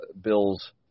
Bills